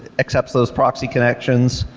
accepts those proxy connections,